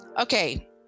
okay